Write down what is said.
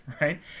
right